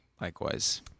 Likewise